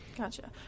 Gotcha